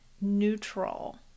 neutral